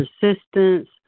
persistence